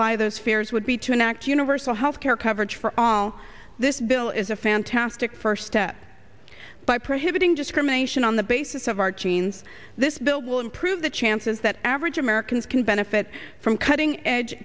lie those fears would be to enact universal health care coverage for all this bill is a fantastic first step by prohibiting discrimination on the basis of our genes this bill will improve the chances that average americans can benefit from cutting edge